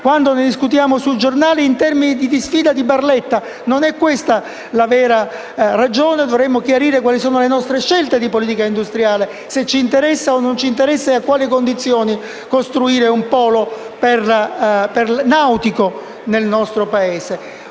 quando ne discutiamo sui giornali - in termini di disfida di Barletta. Non è questa la vera ragione. Dovremmo chiarire le nostre scelte di politica industriale, se ci interessa o meno e a quali condizioni costruire un polo nautico nel nostro Paese.